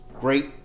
Great